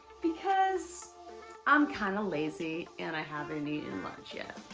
because i'm kind of lazy, and i haven't eaten lunch yet.